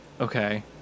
Okay